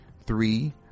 Three